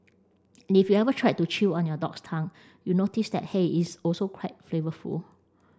and if you ever tried to chew on your dog's tongue you notice that hey is also quite flavourful